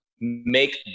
make